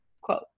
quote